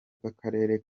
bw’akarere